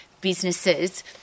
businesses